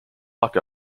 lock